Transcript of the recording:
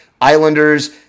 Islanders